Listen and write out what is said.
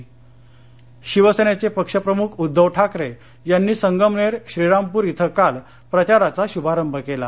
शिवसेना अहमदनगर शिवसेनेचे पक्षप्रमुख उद्दव ठाकरे यांनी संगमनेर श्रीरामपूर इथं काल प्रचाराचा शुभारंभ केला